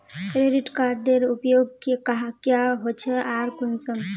Credit कार्डेर उपयोग क्याँ होचे आर कुंसम?